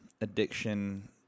addiction